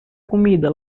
comida